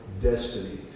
destiny